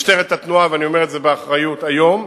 משטרת התנועה, ואני אומר את זה באחריות היום,